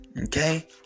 Okay